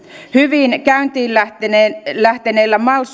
hyvin käyntiin lähteneitä lähteneitä mal